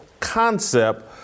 concept